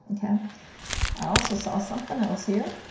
and yeah i also saw something else here.